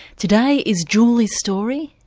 today is julie's story,